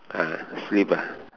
ah sleep ah